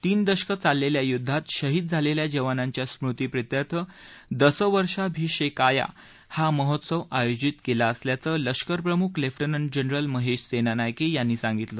तीन दशक चाललेल्या या युध्दात शहीद झालेल्या जवानांच्या स्मृतीप्रित्यर्थ दसवर्षाभिशेकाया हा महोत्सव आयोजित केला असल्याचं लष्करप्रमुख लेफटनंट जनरल महेश सेनानायके यांनी सांगितलं